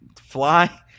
fly